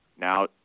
Now